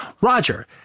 Roger